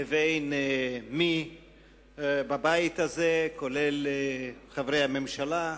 לבין מישהו בבית הזה, לרבות חברי הממשלה,